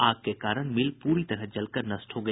आग के कारण मिल पूरी तरह जलकर नष्ट हो गया